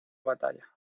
batalla